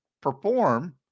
perform